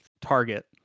target